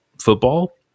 football